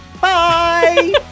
Bye